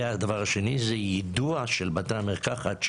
היועצת המשפטית,